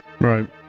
right